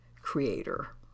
creator